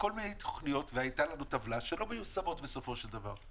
לכל מיני תוכניות והייתה לנו טבלה שלא מיושמות בסופו של דבר.